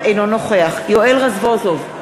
אינו נוכח יואל רזבוזוב,